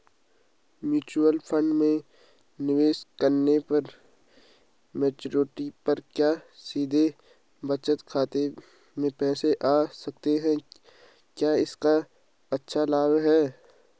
Mutual fund में निवेश करने पर मैच्योरिटी पर क्या सीधे बचत खाते में पैसे आ सकते हैं क्या इसका अच्छा लाभ है?